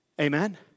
amen